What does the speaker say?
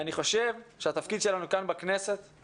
אני חושב שהתפקיד שלנו כאן בכנסת הוא